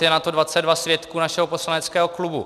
Je na to 22 svědků našeho poslaneckého klubu.